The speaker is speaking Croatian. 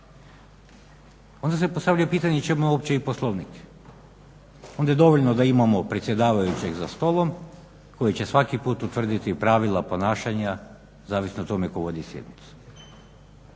Onda se postavlja pitanje čemu uopće i Poslovnik? Onda je dovoljno da imamo predsjedavajućeg za stolom koji će svaki put utvrditi pravila ponašanja, zavisno o tome ko vodi sjednicu.